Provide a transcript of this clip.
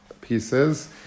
pieces